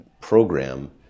program